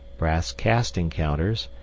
brass casting counters,